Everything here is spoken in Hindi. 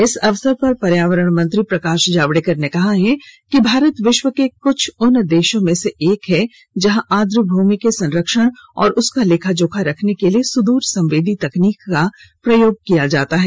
इस अवसर पर पर्यावरण मंत्री प्रकाश जावडेकर ने कहा है कि भारत विश्व के कुछ उन देशों में से एक है जहां आर्द्रभूमि के संरक्षण और उसका लेखाजोखा रखने के लिए सुदूर संवेदी तकनीक का प्रयोग किया जाता है